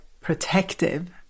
protective